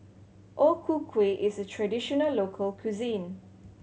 O Ku Kueh is a traditional local cuisine